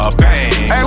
bang